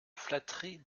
flatteries